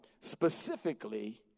specifically